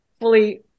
fully